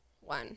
one